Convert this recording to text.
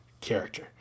character